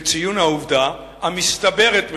אסיים בציון העובדה המסתברת מאוד,